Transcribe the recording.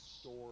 store